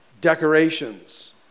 decorations